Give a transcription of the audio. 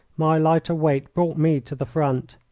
my lighter weight brought me to the front.